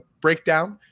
breakdown